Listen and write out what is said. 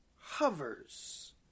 Hovers